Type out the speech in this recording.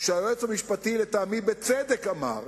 שהיועץ המשפטי, לטעמי בצדק, אמר